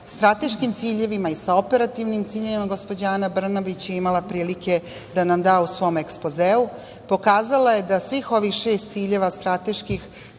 strateškim ciljevima i sa operativnim ciljevima, gospođa Ana Brnabić je imala prilike da nam da u svom ekspozeu, pokazala je da svih ovih šest strateških